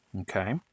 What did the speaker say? Okay